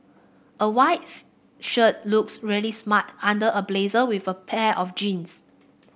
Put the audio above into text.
a white shirt looks really smart under a blazer with a pair of jeans